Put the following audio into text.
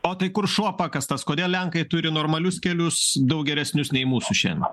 o tai kur šuo pakastas kodėl lenkai turi normalius kelius daug geresnius nei mūsų šian